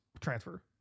transfer